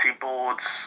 boards